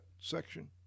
section